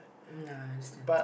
nah I understand